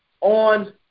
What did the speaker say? on